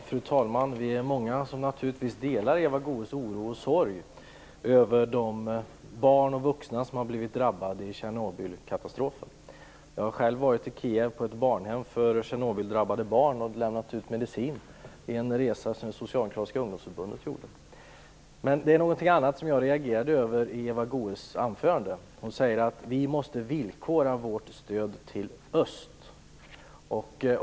Fru talman! Vi är många som naturligtvis delar Eva Goës oro och sorg över att barn och vuxna har blivit drabbade av Tjernobylkatastrofen. Jag har själv varit i Kiev på ett barnhem för tjernobyldrabbade barn och lämnat ut medicin, vid en resa som Socialdemokratiska ungdomsförbundet gjorde. Det var någonting annat som jag reagerade över i Eva Goës anförande. Hon sade att vi måste villkora vårt stöd till öst.